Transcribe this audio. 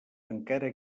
encara